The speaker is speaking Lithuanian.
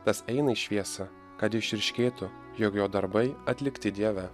tas eina į šviesą kad išryškėtų jog jo darbai atlikti dieve